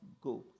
go